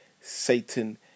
Satan